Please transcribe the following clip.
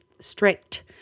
strict